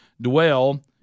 dwell